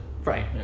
Right